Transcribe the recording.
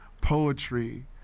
poetry